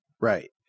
Right